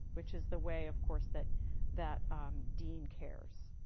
which is the way of course that that dean cares.